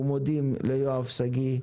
אנחנו מודים ליואב שגיא,